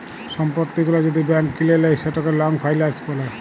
সম্পত্তি গুলা যদি ব্যাংক কিলে লেই সেটকে লং ফাইলাল্স ব্যলে